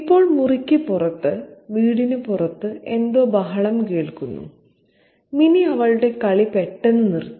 ഇപ്പോൾ മുറിക്ക് പുറത്ത് വീടിന് പുറത്ത് എന്തോ ബഹളം കേൾക്കുന്നു മിനി അവളുടെ കളി പെട്ടെന്ന് നിർത്തി